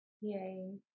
yay